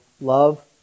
love